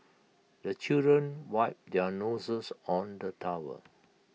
the children wipe their noses on the tower